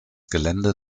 gelände